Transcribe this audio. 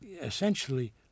essentially